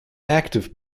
active